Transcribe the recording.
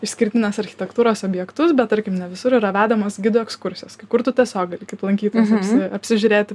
išskirtinės architektūros objektus bet tarkim ne visur yra vedamos gidų ekskursijos kai kur tu tiesiog gali kaip lankytojas apsi apsižiūrėti